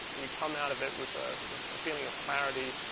and you come out of it with a sort of feeling of clarity,